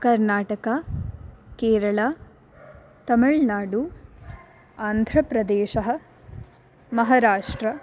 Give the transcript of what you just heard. कर्णाटका केरळा तमिळ्नाडु आन्ध्रप्रदेशः महाराष्ट्रम्